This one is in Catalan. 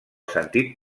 sentit